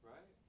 Right